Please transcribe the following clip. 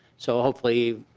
so hopefully